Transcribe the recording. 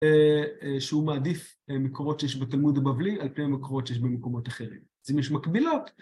שהוא מעדיף מקורות שיש בתלמוד הבבלי על פני המקורות שיש במקומות אחרים, אז אם יש מקבילות...